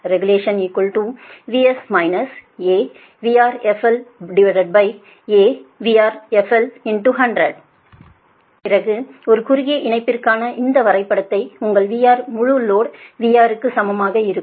RegulationVS |A||VRFL||A||VRFL|100 பிறகு ஒரு குறுகிய இணைப்பிற்கான இந்த வரைபடத்தை உங்கள் VR முழு லோடு VR க்கு சமமாக இருக்கும்